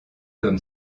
comme